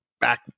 back